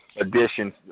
edition